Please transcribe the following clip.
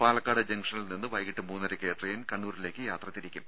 പാലക്കാട് ജംഗ്ഷനിൽ നിന്ന് വൈകീട്ട് മൂന്നരയ്ക്ക് ട്രെയിൻ കണ്ണൂരിലേക്ക് യാത്ര തിരിക്കും